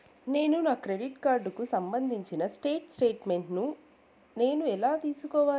నేను నా క్రెడిట్ కార్డుకు సంబంధించిన స్టేట్ స్టేట్మెంట్ నేను ఎలా తీసుకోవాలి?